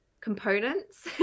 components